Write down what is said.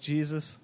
Jesus